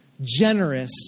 generous